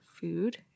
food